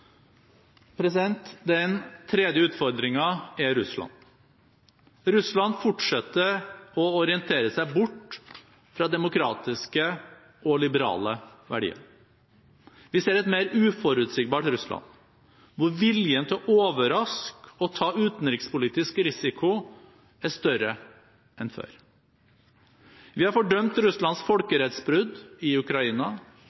Den tredje utfordringen er Russland. Russland fortsetter å orientere seg bort fra demokratiske og liberale verdier. Vi ser et mer uforutsigbart Russland, hvor viljen til å overraske og ta utenrikspolitisk risiko er større enn før. Vi har fordømt Russlands